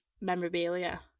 memorabilia